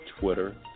Twitter